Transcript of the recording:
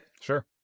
Sure